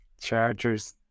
Chargers